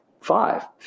five